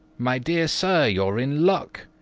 my dear sir, you're in luck.